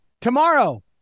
tomorrow